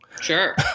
sure